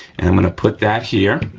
and i'm gonna put that here,